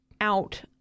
out